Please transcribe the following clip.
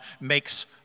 makes